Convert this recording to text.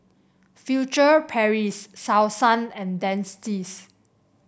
Furtere Paris Selsun and Dentiste